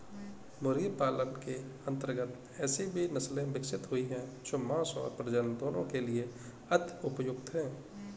मुर्गी पालन के अंतर्गत ऐसी भी नसले विकसित हुई हैं जो मांस और प्रजनन दोनों के लिए अति उपयुक्त हैं